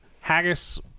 haggis